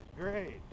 great